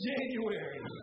January